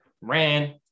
ran